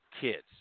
kids